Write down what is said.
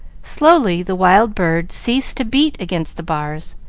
slowly the wild bird ceased to beat against the bars,